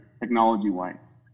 technology-wise